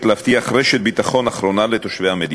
להבטיח רשת ביטחון אחרונה לתושבי המדינה.